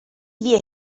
wir